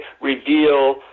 reveal